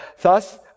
Thus